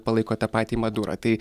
palaiko tą patį madurą tai